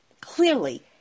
clearly